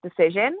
decision